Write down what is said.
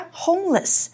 homeless